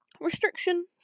Restriction